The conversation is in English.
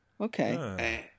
Okay